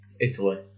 Italy